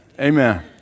Amen